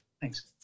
Thanks